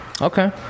Okay